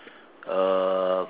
uh